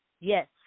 Yes